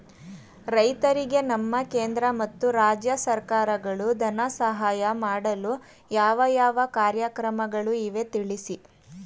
ರೈತರಿಗೆ ನಮ್ಮ ಕೇಂದ್ರ ಮತ್ತು ರಾಜ್ಯ ಸರ್ಕಾರಗಳು ಧನ ಸಹಾಯ ಮಾಡಲು ಯಾವ ಯಾವ ಕಾರ್ಯಕ್ರಮಗಳು ಇವೆ ತಿಳಿಸಿ?